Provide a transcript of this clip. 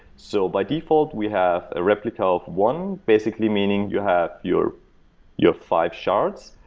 so by default, we have a replica of one, basically, meaning you have your your five shards.